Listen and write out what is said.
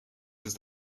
ist